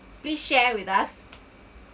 please share with us